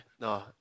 No